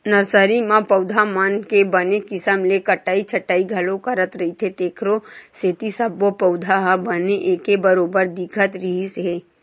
nursery म पउधा मन के बने किसम ले कटई छटई घलो करत रहिथे तेखरे सेती सब्बो पउधा ह बने एके बरोबर दिखत रिहिस हे